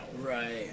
Right